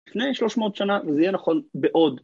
‫לפני 300 שנה, וזה יהיה נכון בעוד.